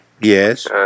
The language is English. Yes